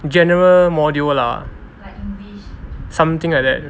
general module lah something like that